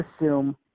assume